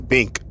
Bink